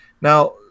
Now